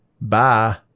bye